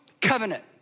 covenant